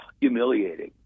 humiliating